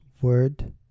word